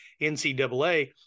NCAA